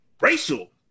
Racial